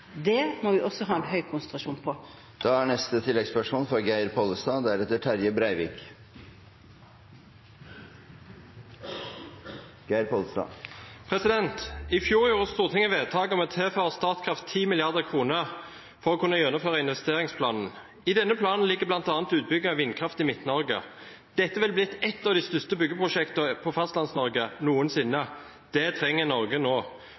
Det må vi også ha stor konsentrasjon om. Geir Pollestad – til oppfølgingsspørsmål. I fjor gjorde Stortinget vedtak om å tilføre Statkraft 10 mrd. kroner for å kunne gjennomføre investeringsplanen. I denne planen ligger bl.a. utbygging av vindkraft i Midt-Norge. Dette ville blitt et av de største byggeprosjektene i Fastlands-Norge noensinne. Det trenger Norge nå.